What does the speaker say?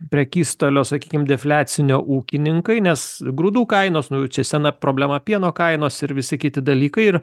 prekystalio sakykim defliacinio ūkininkai nes grūdų kainos nu čia sena problema pieno kainos ir visi kiti dalykai ir